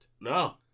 No